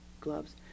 gloves